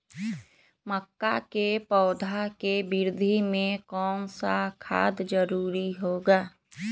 मक्का के पौधा के वृद्धि में कौन सा खाद जरूरी होगा?